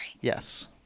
Yes